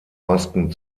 masken